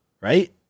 Right